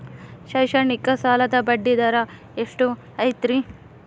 ಶೈಕ್ಷಣಿಕ ಸಾಲದ ಬಡ್ಡಿ ದರ ಎಷ್ಟು ಐತ್ರಿ?